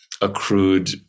accrued